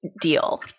deal